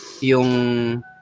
yung